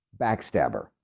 backstabber